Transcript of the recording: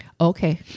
Okay